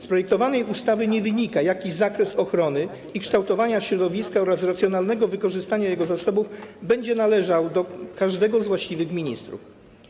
Z projektowanej ustawy nie wynika, jaki zakres ochrony i kształtowania środowiska oraz racjonalnego wykorzystania jego zasobów będzie należał do każdego z właściwych ministrów.